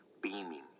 beaming